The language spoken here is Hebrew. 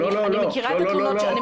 ואני מכירה את התלונות --- לא,